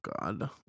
God